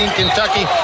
kentucky